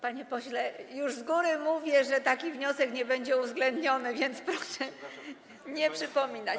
Panie pośle, już z góry mówię, że taki wniosek nie będzie uwzględniony, więc proszę nie przypominać.